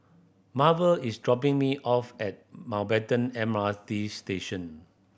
Marvel is dropping me off at Maubatten M R T Station